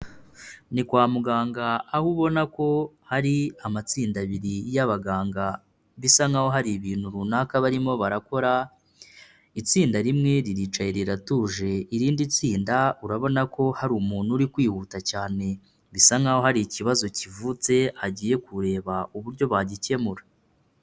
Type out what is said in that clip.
Ni kwa muganga aho ubona ko hari amatsinda abiri y'abaganga, bisa nkaho hari ibintu runaka barimo barakora, itsinda rimwe riricaye riratuje, irindi tsinda urabona ko hari umuntu uri kwihuta cyane, bisa nkaho hari ikibazo kivutse agiye kureba uburyo bagikemura.